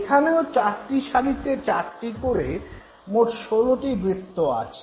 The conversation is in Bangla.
এখানেও চারটি সারিতে চারটি করে মোট ১৬টি বৃত্ত আছে